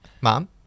Mom